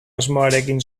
asmoekin